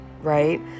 right